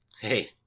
Hey